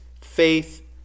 faith